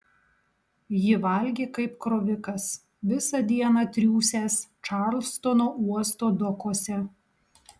ji valgė kaip krovikas visą dieną triūsęs čarlstono uosto dokuose